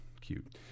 cute